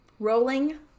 Rolling